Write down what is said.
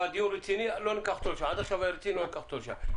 עד עכשיו הדיון היה רציני, לא ניקח אותו לשם.